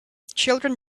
children